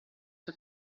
que